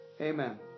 Amen